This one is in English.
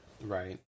Right